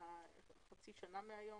במרס,